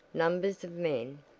numbers of men,